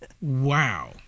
Wow